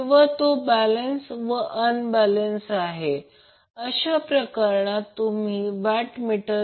phase voltage balance आहे जर a c b sequence दिला आहे परंतु लोड अनबॅलन्स आहे